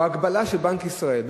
או הגבלה של בנק ישראל,